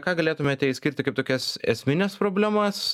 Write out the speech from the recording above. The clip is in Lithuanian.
ką galėtumėte išskirti kaip tokias esmines problemas